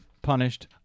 punished